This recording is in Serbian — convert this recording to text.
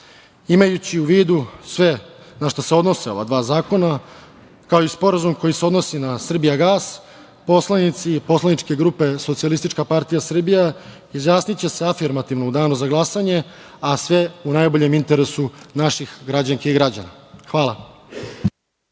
države. Imajući u vidu sve na šta se odnose ova dva zakona, kao i sporazum koji se odnosi na „Srbijagas“, poslanici poslaničke grupe Socijalistička partija Srbija izjasniće se afirmativno u danu za glasanje, a sve u najboljem interesu naših građanki i građana. Hvala.